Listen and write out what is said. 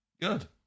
Good